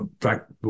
fact